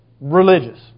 religious